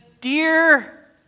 Dear